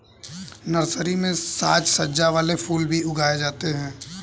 nursery में साज सज्जा वाले फूल भी उगाए जाते हैं